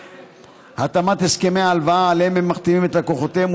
התאמת הסכמי ההלוואה שעליהם הם מחתימים את לקוחותיהם,